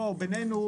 בינינו,